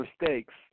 mistakes